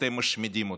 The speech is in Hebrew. אתם משמידים אותה.